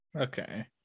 Okay